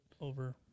over